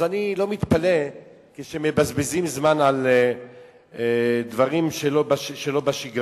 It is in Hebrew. אז אני לא מתפלא כשמבזבזים זמן על דברים שלא בשגרה.